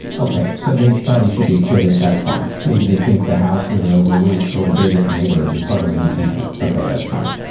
and okay so they thought he should be acquitted. that's fine. maybe they think the house really over, went over, did it anywhere as a partisan impeachment. okay, that's fine.